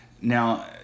Now